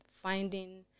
finding